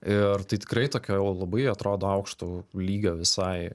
ir tai tikrai tokie labai atrodo aukšto lygio visai